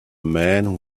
man